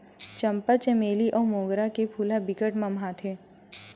चंपा, चमेली अउ मोंगरा फूल ह बिकट के ममहाथे